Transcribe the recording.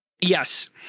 Yes